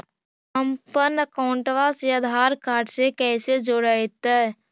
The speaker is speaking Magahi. हमपन अकाउँटवा से आधार कार्ड से कइसे जोडैतै?